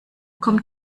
kommt